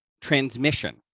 transmission